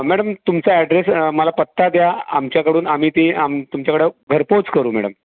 madam तुमचा address मला पत्ता द्या आमच्याकडून आम्ही ती आम तुमच्याकडं घरपोच करू मॅडम